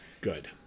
Good